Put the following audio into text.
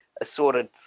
assorted